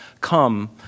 come